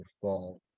fall